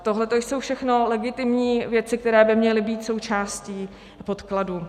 Tohleto jsou všechno legitimní věci, které by měly být součástí podkladů.